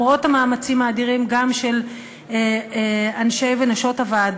למרות המאמצים האדירים של אנשי הוועדה ושל נשות הוועדה,